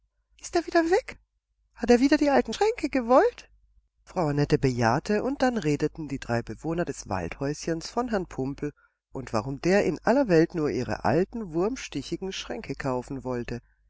ist er wieder weg hat er wieder die alten schränke gewollt frau annette bejahte und dann redeten die drei bewohner des waldhäuschens von herrn pumpel und warum der in aller welt nur ihre alten wurmstichigen schränke kaufen wollte